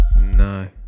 No